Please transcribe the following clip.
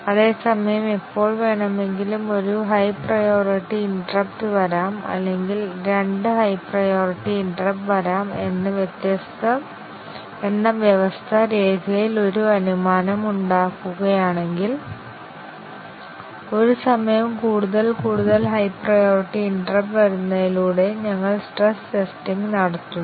അതേസമയം എപ്പോൾ വേണമെങ്കിലും ഒരു ഹൈ പ്രയോരിറ്റി ഇന്ററപ്പ്റ്റ് വരാം അല്ലെങ്കിൽ രണ്ട് ഹൈ പ്രയോരിറ്റി ഇന്ററപ്പ്റ്റ് വരാം എന്ന് വ്യവസ്ഥ രേഖയിൽ ഒരു അനുമാനം ഉണ്ടാക്കുകയാണെങ്കിൽ ഒരു സമയം കൂടുതൽ കൂടുതൽ ഹൈ പ്രയോരിറ്റി ഇന്ററപ്പ്റ്റ് വരുന്നതിലൂടെ ഞങ്ങൾ സ്ട്രെസ്സ് ടെസ്റ്റിങ് നടത്തുന്നു